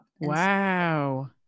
Wow